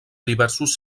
diversos